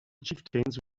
chieftains